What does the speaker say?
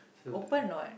open a not